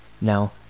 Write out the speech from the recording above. Now